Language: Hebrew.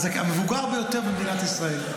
הוא הגבאי המבוגר ביותר במדינת ישראל.